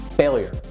failure